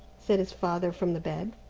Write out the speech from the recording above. said his father from the bed.